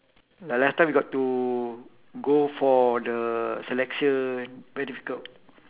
ya last time we got to go for the selection very difficult